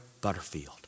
Butterfield